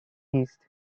east